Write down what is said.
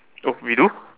oh we do